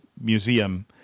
Museum